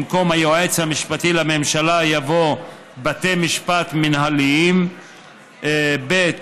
במקום "היועץ המשפטי לממשלה" יבוא "בתי משפט מינהליים"; ב.